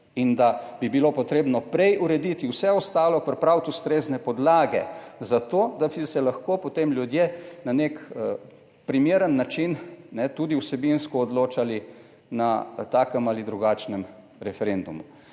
in da bi bilo potrebno prej urediti vse ostalo, pripraviti ustrezne podlage za to, da bi se lahko, potem ljudje na nek primeren način tudi vsebinsko odločali na takem ali drugačnem referendumu.